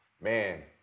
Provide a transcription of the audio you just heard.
Man